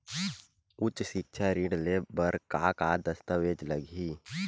उच्च सिक्छा ऋण ले बर का का दस्तावेज लगही?